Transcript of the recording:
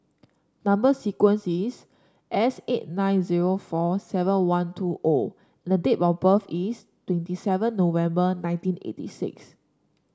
number sequence is S eight nine zero four seven one two O and the date of birth is twenty seven November nineteen eighty six